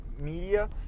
media